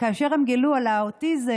וכאשר הם גילו על האוטיזם,